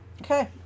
Okay